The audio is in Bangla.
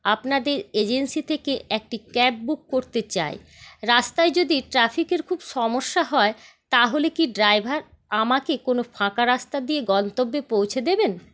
আপনাদের এজেন্সি থেকে একটি ক্যাব বুক করতে চাই রাস্তায় যদি ট্রাফিকের খুব সমস্যা হয় তাহলে কি ড্রাইভার আমাকে কোন ফাকা রাস্তা দিয়ে গন্তব্যে পৌঁছে দেবেন